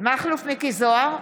מכלוף מיקי זוהר,